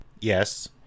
Yes